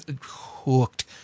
hooked